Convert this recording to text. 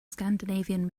scandinavian